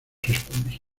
respondí